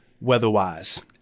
weather-wise